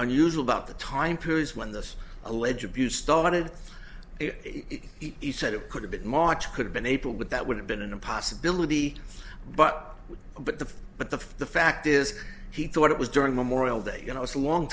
unusual about the time periods when this alleged abuse started each and it could have been march could have been april but that would have been in a possibility but but the but the fact is he thought it was during memorial day you know it's a long